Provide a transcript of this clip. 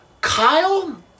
Kyle